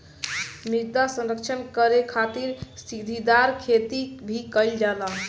मृदा संरक्षण करे खातिर सीढ़ीदार खेती भी कईल जाला